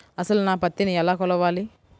అసలు నా పత్తిని ఎలా కొలవాలి?